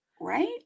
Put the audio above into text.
Right